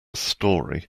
story